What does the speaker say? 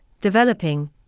developing